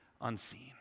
unseen